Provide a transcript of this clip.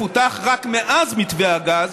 שמפותח רק מאז מתווה הגז,